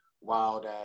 wild